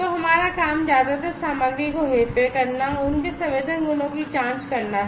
तो हमारा काम ज्यादातर सामग्री को हेरफेर करना उनके संवेदन गुणों की जांच करना है